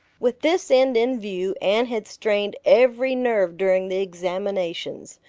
with this end in view anne had strained every nerve during the examinations.